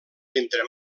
entre